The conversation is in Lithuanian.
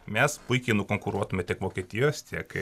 mes puikiai nukonkuruotume tiek vokietijos tiek